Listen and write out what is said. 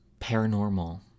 paranormal